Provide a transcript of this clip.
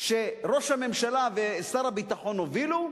שראש הממשלה ושר הביטחון הובילו,